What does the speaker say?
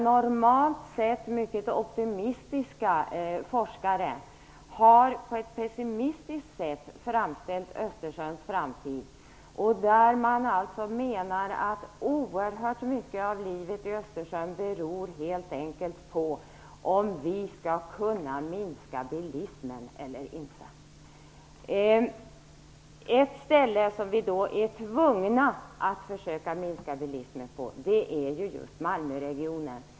Normalt sett mycket optimistiska forskare har där på ett pessimistiskt sätt framställt Östersjöns framtid. Man menar att oerhört mycket av livet i Östersjön helt enkelt beror på om vi skall kunna minska bilismen eller inte. Ett område där vi då är tvungna att försöka minska bilismen är just Malmöregionen.